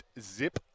zip